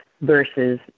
versus